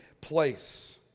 place